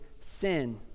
sin